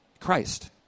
Christ